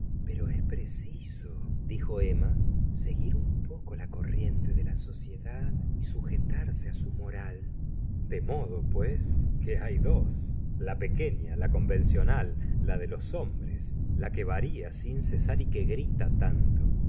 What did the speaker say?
pero es preciso dijo emma seguir un poco la corriente de la sociedad y sujetarse su moral de modo pues que hay dos la pequeña la convencional la de los hombres la que varía sin gustavo flaubert cesar y que grita tanto